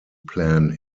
plan